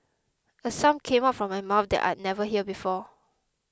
a sound came out of my mouth that I'd never heard before